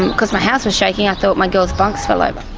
because my house was shaking i thought my girls' bunks fell over.